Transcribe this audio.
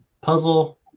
puzzle